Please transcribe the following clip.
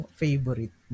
favorite